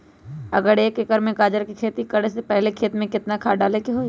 अगर एक एकर में गाजर के खेती करे से पहले खेत में केतना खाद्य डाले के होई?